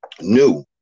new